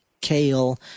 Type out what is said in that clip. kale